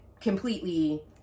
completely